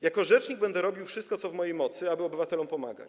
Jako rzecznik będę robił wszystko co w mojej mocy, aby obywatelom pomagać.